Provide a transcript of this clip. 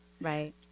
Right